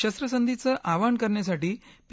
शस्त्रसंधीचं आवाहन करण्यासाठी पी